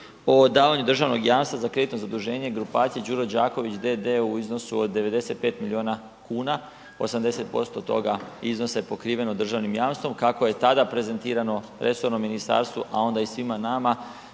o davanju državnog jamstva za kreditno zaduženje grupacije Đuro Đaković d.d. u iznosu od 95 milijuna kuna, 80% toga iznosa je pokriveno državnim jamstvom. Kako je tada prezentirano resornom ministarstvu a onda i svima nama,